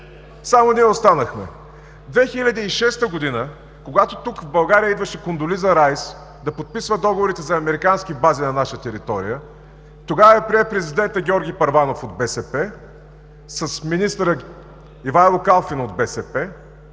само ние останахме! 2006 г., когато тук в България идваше Кондолиза Райс да подписва договорите за американски бази на наша територия, тогава я прие президентът Георги Първанов от БСП с министъра Ивайло Калфин от БСП.